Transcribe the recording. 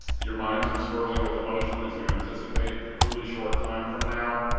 your minds are swirling with emotion as you anticipate, a cruelly-short time from now,